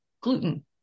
gluten